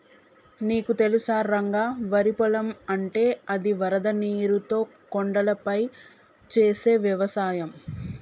నీకు తెలుసా రంగ వరి పొలం అంటే అది వరద నీరుతో కొండలపై చేసే వ్యవసాయం